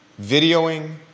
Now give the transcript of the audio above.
videoing